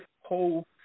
whole